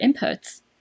inputs